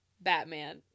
Batman